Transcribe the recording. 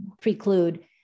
preclude